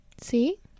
See